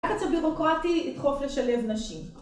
הלחץ הבירוקרטי ידחוף לשלב נשים